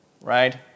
right